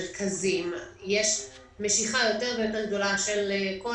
שבמרכזים יש משיכה יותר ויותר גדולה של כל